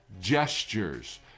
gestures